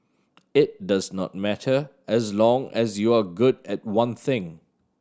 it does not matter as long as you're good at one thing